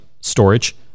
storage